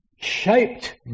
shaped